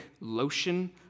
lotion